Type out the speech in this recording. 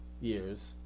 years